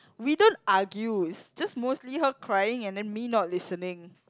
we don't argue is just mostly her crying and then me not listening